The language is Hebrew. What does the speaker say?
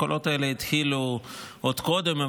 הקולות האלה התחילו עוד קודם,